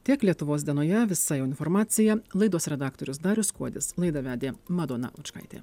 tiek lietuvos dienoje visa informacija laidos redaktorius darius kuodis laidą vedė madona lučkaitė